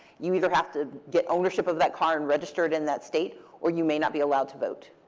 you either have to get ownership of that car and register it in that state, or you may not be allowed to vote.